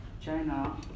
China